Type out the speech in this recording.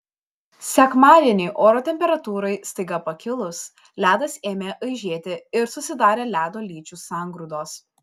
sekmadienį oro temperatūrai staiga pakilus ledas ėmė aižėti ir susidarė ledo lyčių sangrūdos